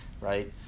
right